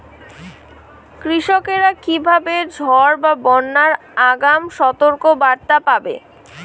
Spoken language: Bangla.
কৃষকেরা কীভাবে ঝড় বা বন্যার আগাম সতর্ক বার্তা পাবে?